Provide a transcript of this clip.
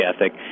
ethic